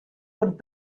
und